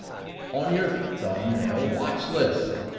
on your thumbnail watch-list.